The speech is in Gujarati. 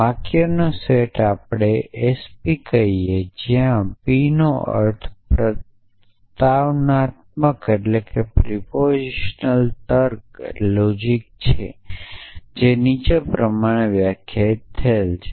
વાક્યનો સેટ આપણે તેને એસપી કહીએ જ્યાં પીનો અર્થ પ્રસ્તાવનાત્મક તર્ક છે તે નીચે પ્રમાણે વ્યાખ્યાયિત થયેલ છે